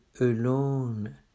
alone